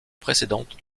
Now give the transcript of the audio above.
précédente